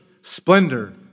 splendor